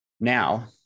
Now